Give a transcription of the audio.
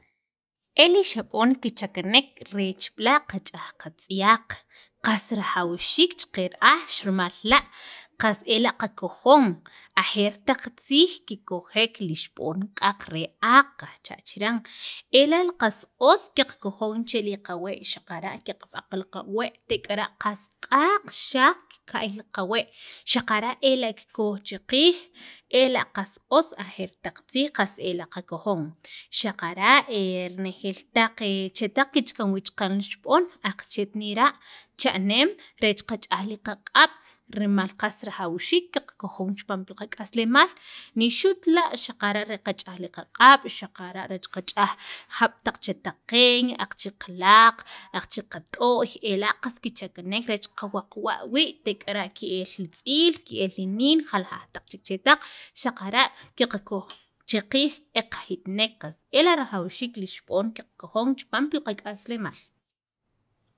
el li xab'on kichakanek reech b'la' kach'aj katz'yaq qas rajawxiik chaqa ra'aj rimal la' qas ela' qakojon ajeer taq tziij kikojek li xib'on q'aq re aaq kajcha' chiran ela' qas otz qakojon chel qawee' xaqara' qeqb'aq qawee' tek'ara' qas q'aq xaq kikay li qawee' xaqara' ela' kikoj che qiij ela' qas otz ajeer taq tziij qas ela' qakojon xaqara' renejeel taq chetaq kichakan wii' chaqan li xib'on aqachet nira' cha'neem reech qach'aj qaq'ab' rimal qas rajawxiik qakojon chipaam qak'aslemaal nixu't la' qach'aj li qaq'ab' xaqara' reech qach'aj jab' taq chetaq qeen aqache' qalaq qat'o'y ela' qas kichakenek reech qawuqwa' wii' tek'ara' ke'l li tz'iil ke'l li nin jaljaq taq nik'yaj chek chetaq xaqara' qakoj cha qiij e kajitinek qas ela' rajawxiik li xib'on qakojon chipaam li k'aslemaal.